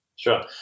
Sure